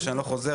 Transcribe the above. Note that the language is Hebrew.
חברה